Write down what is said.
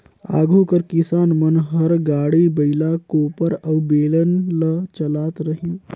आघु कर किसान मन हर गाड़ी, बइला, कोपर अउ बेलन ल चलात रहिन